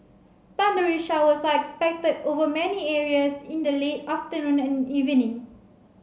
thundery showers are expected over many areas in the late afternoon and evening